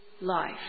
life